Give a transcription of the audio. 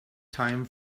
time